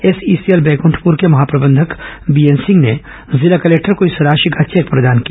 SECL बैकृण्ठप्र के महाप्रबंधक बीएन सिंह ने जिला कलेक्टर को इस राशि का चेक प्रदान किया